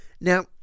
Now